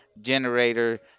generator